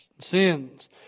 sins